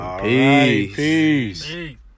Peace